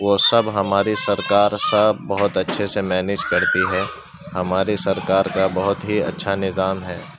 وہ سب ہماری سرکار سب بہت اچّھے سے مینیج کرتی ہے ہماری سرکار کا بہت ہی اچّھا نظام ہے